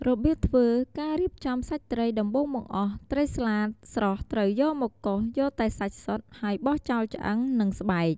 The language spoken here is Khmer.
របៀបធ្វើ ការរៀបចំសាច់ត្រី ដំបូងបង្អស់ ត្រីស្លាតស្រស់ត្រូវយកមកកោសយកតែសាច់សុទ្ធ ហើយបោះចោលឆ្អឹង និងស្បែក។